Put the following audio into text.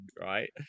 right